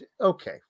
okay